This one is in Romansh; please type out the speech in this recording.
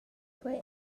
quei